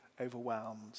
overwhelmed